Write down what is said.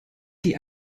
die